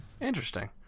interesting